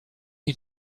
you